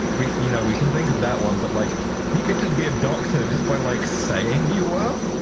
we you know we can think of that one, but like you could just be a doctor just by like saying you were?